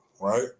right